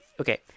okay